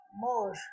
more